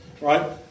right